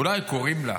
אולי קוראים לה,